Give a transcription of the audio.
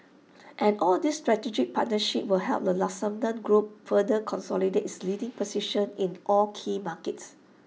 and all these strategic partnerships will help the Lufthansa group further consolidate its leading position in all key markets